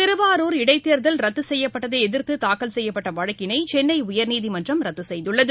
திருவாரூர் இடைத்தேர்தல் ரத்து செய்யப்பட்டதை எதிர்த்து தாக்கல் செய்யப்பட்ட வழக்கினை சென்னை உயர்நீதிமன்றம் ரத்து செய்துள்ளது